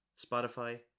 spotify